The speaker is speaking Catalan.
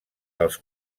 dels